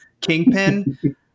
kingpin